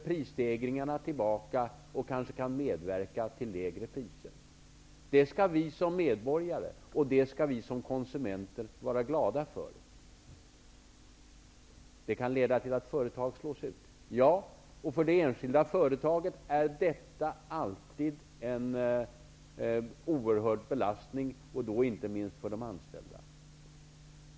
Prisstegringarna hålls tillbaka, vilket kan medverka till lägre priser. Det skall vi som medborgare och konsumenter vara glada för. Ja, det här kan leda till att företag slås ut. För det enskilda företaget är detta alltid en oerhörd belastning, inte minst för de anställda.